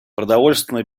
продовольственная